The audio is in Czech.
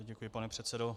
Děkuji, pane předsedo.